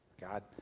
God